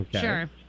Sure